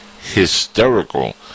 hysterical